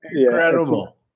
Incredible